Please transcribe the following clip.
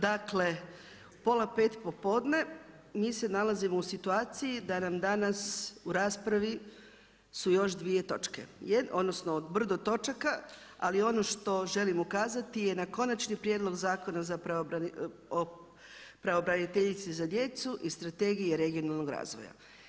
Dakle, pola 5 popodne, mi se nalazimo u situaciji da nam danas u raspravi su još dvije točke, odnosno brdo točaka, ali ono što želim ukazati je na Konačni prijedlog Zakona o pravobraniteljici za djecu i strategiji regionalnog razvoja.